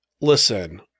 listen